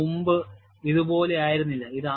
ഇത് മുമ്പ് ഇതുപോലെയായിരുന്നില്ല